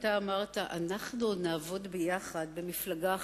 ואתה אמרת: אנחנו עוד נעבוד יחד במפלגה אחרת.